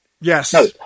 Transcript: Yes